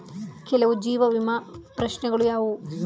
ಕೆಲವು ಜೀವ ವಿಮಾ ಪ್ರಶ್ನೆಗಳು ಯಾವುವು?